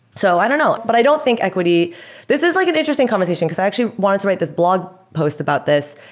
so i don't know. but i don't think equity this is like an interesting conversation, because i wanted to write this blog post about this,